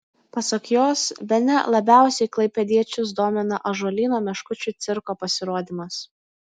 pasak jos bene labiausiai klaipėdiečius domina ąžuolyno meškučių cirko pasirodymas